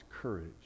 courage